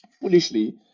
foolishly